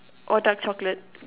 or dark chocolate